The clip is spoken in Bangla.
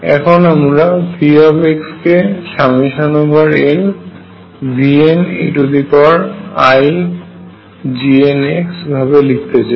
এখন আমরা V কে nVneiGnx ভাবে লিখতে চাই